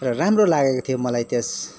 र राम्रो लागेको थियो मलाई त्यस